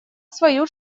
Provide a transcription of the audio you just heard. свою